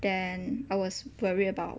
then I was worried about